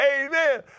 Amen